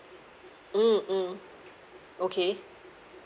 mm mm okay